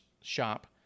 shop